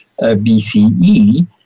BCE